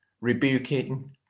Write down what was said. rebuking